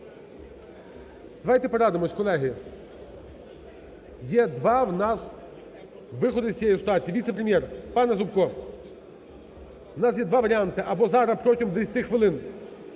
Давайте порадимося, колеги, є два в нас виходи з цієї ситуації. Віце-прем'єр, пане Зубко, в нас є два варіанти: або зараз протягом 10 хвилин